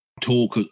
talk